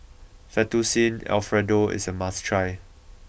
Fettuccine Alfredo is a must try